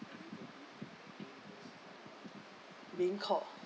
being called